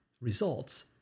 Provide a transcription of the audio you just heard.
results